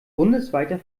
bundesweiter